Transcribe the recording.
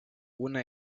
una